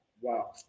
Wow